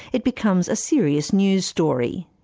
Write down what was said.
it becomes a serious news story.